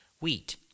wheat